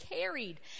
carried